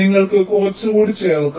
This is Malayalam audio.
നിങ്ങൾക്ക് കുറച്ച് കൂടി ചേർക്കാം